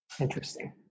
Interesting